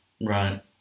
Right